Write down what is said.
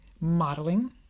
modeling